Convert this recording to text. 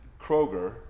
Kroger